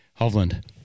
Hovland